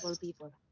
people